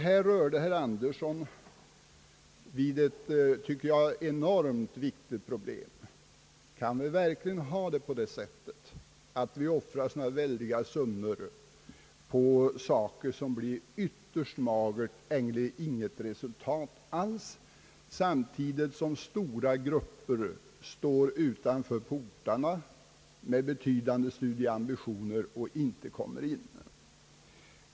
Herr Andersson rör här vid ett enormt viktigt problem. Kan vi verkligen offra stora summor på en utbildning som ger ett ytterst magert eller inget resultat alls, samtidigt som stora grupper med betydande studieambitioner står utanför portarna och inte kommer in?